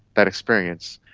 that experience,